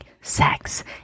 sex